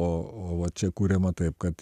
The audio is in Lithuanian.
o o va čia kuriama taip kad